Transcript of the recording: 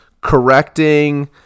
correcting